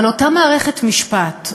אבל אותה מערכת משפט,